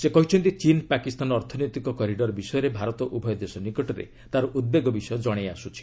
ସେ କହିଛନ୍ତି ଚୀନ୍ ପାକିସ୍ତାନ ଅର୍ଥନୈତିକ କରିଡ଼ର ବିଷୟରେ ଭାରତ ଉଭୟ ଦେଶ ନିକଟରେ ତାର ଉଦ୍ବେଗ ବିଷୟ ଜଣାଇ ଆସୁଛି